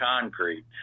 concrete